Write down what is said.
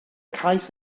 cais